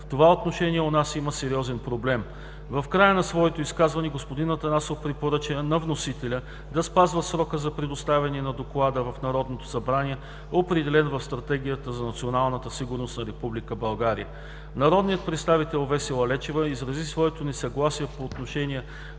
В това отношение у нас има сериозен проблем. В края на своето изказване господин Атанасов препоръча на вносителя да спазва срока за представяне на Доклада в Народното събрание, определен в Стратегията за националната сигурност на Република България. Народният представител Весела Лечева изрази своето несъгласие по отношение